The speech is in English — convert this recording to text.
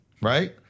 Right